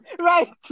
Right